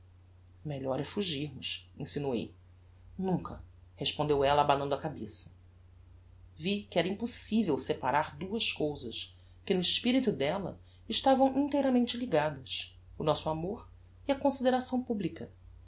é fugirmos insinuei nunca respondeu ella abanando a cabeça vi que era impossivel separar duas cousas que no espirito della estavam inteiramente ligadas o nosso amor e a consideração publica